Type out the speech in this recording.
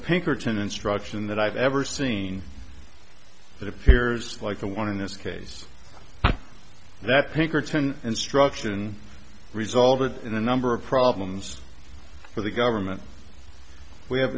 pinkerton instruction that i've ever seen that appears like the one in this case that pinkerton instruction resulted in a number of problems for the government we have